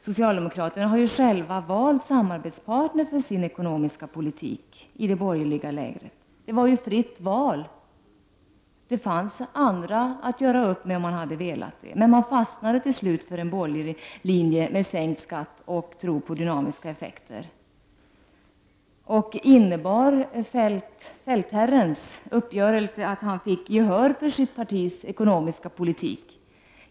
Socialdemokraterna har ju själva valt samarbetspartner för sin ekonomiska politik inom det borgerliga lägret. De hade ju fritt val. Det fanns andra partier som regeringen hade kunnat göra upp med om den hade velat. Men den fastnade till slut för en borgerlig linje innehållande sänkt skatt och tro på dynamiska effekter. Feldt-herrens uppgörelse innebar att han fick gehör för sitt partis ekonomiska politik.